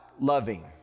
loving